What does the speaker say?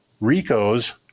Rico's